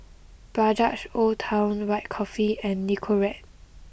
Bajaj Old Town White Coffee and Nicorette